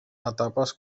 etapes